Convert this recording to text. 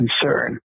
concern